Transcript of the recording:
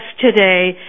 today